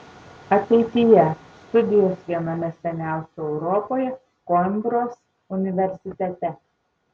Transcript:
ateityje studijos viename seniausių europoje koimbros universitete